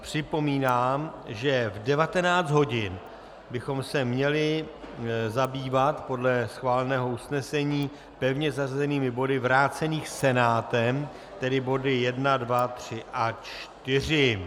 Připomínám, že v 19 hodin bychom se měli zabývat podle schváleného usnesení pevně zařazenými body vrácenými Senátem, tedy body 1, 2, 3 a 4.